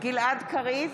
גלעד קריב,